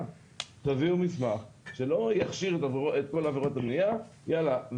ותביאו מסמך שלא יכשיר את כל עבירות הבנייה ויאללה,